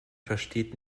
versteht